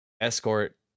escort